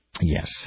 Yes